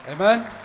amen